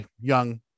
young